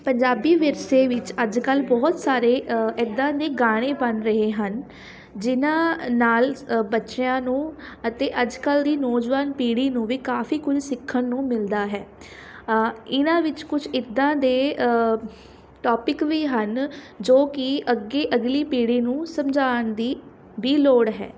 ਪੰਜਾਬੀ ਵਿਰਸੇ ਵਿੱਚ ਅੱਜ ਕੱਲ੍ਹ ਬਹੁਤ ਸਾਰੇ ਇੱਦਾਂ ਦੇ ਗਾਣੇ ਬਣ ਰਹੇ ਹਨ ਜਿਨ੍ਹਾਂ ਨਾਲ ਬੱਚਿਆਂ ਨੂੰ ਅਤੇ ਅੱਜ ਕੱਲ੍ਹ ਦੀ ਨੌਜਵਾਨ ਪੀੜੀ ਨੂੰ ਵੀ ਕਾਫੀ ਕੁਝ ਸਿੱਖਣ ਨੂੰ ਮਿਲਦਾ ਹੈ ਇਹਨਾਂ ਵਿੱਚ ਕੁਛ ਇੱਦਾਂ ਦੇ ਟੋਪਿਕ ਵੀ ਹਨ ਜੋ ਕਿ ਅੱਗੇ ਅਗਲੀ ਪੀੜੀ ਨੂੰ ਸਮਝਾਉਣ ਦੀ ਵੀ ਲੋੜ ਹੈ